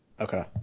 Okay